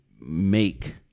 make